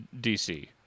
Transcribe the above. DC